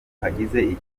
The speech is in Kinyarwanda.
hagize